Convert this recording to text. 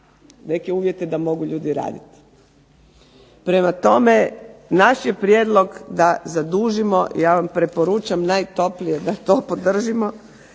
neke uvjete da mogu ljudi raditi. Prema tome, naš je prijedlog da zadužimo ja vam preporučam najtoplije da to podržimo